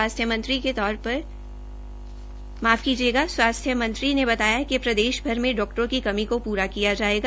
स्वास्थ्य मंत्री के तौर पर अनिल विज ने बताया कि प्रदेश भर में डाक्टरों की कमी को पूरा किया जाएगा